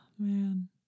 Man